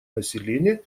населения